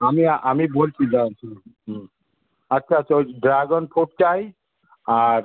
আমি আমি বলছি দাঁড়ান শুনুন হুম আচ্ছা আচ্ছা ওই ড্রাগন ফ্রুট চাই আর